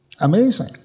amazing